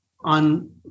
on